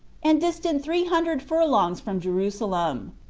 and distant three hundred furlongs from jerusalem.